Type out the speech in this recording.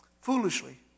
foolishly